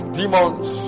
demons